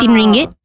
ringgit